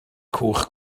cwch